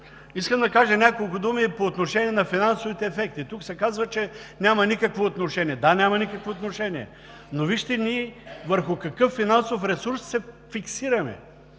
Искам да кажа няколко думи и по отношение на финансовите ефекти. Тук се казва, че няма никакво отношение. Да, няма никакво отношение, но вижте върху какъв финансов ресурс се фиксираме.